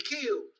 killed